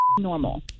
normal